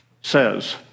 says